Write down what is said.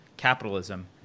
capitalism